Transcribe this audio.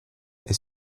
est